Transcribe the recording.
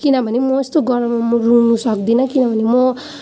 किनभने म यस्तो गरममा म रुङ्नु सक्दिनँ किनभने म